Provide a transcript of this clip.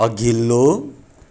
अघिल्लो